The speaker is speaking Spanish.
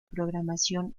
programación